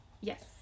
Yes